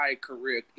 career